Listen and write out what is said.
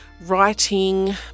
writing